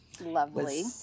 Lovely